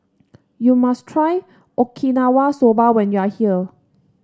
you must try Okinawa Soba when you are here